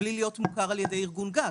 בלי להיות מוכר על ידי ארגון גג.